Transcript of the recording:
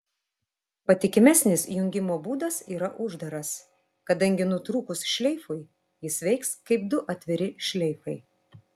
patikimesnis jungimo būdas yra uždaras kadangi nutrūkus šleifui jis veiks kaip du atviri šleifai